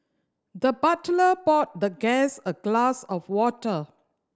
the butler poured the guest a glass of water